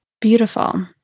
Beautiful